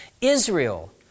Israel